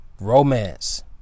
romance